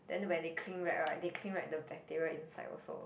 then when they cling wrap right they cling wrap the bacteria inside also